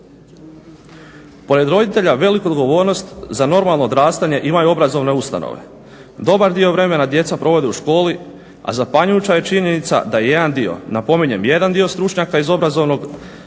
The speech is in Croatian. Pored roditelja veliku odgovornost za normalno odrastanje imaju obrazovne ustanove. Dobar dio vremena djeca provode u školi, a zapanjujuća je činjenica da je jedan dio, napominjem jedan dio stručnjaka iz obrazovnog sektora,